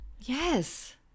yes